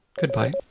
Goodbye